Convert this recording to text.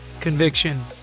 conviction